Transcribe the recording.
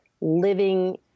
living